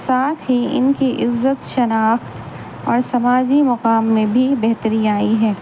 ساتھ ہی ان کی عزت شناخت اور سماجی مقام میں بھی بہتری آئی ہے